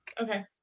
Okay